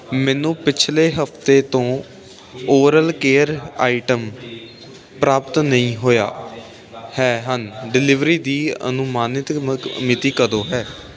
ਮੈਨੂੰ ਪਿਛਲੇ ਹਫ਼ਤੇ ਤੋਂ ਓਰਲ ਕੇਅਰ ਆਇਟਮ ਪ੍ਰਾਪਤ ਨਹੀਂ ਹੋਇਆ ਹੈ ਹਨ ਡਿਲੀਵਰੀ ਦੀ ਅਨੁਮਾਨਿਤ ਮਤ ਮਿਤੀ ਕਦੋਂ ਹੈ